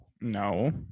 No